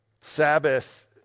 Sabbath